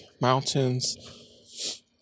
mountains